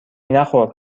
نخور